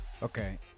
Okay